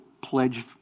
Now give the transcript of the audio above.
pledge